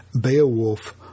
Beowulf